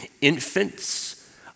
infants